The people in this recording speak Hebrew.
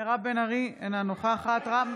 מירב בן ארי, אינה נוכחת רם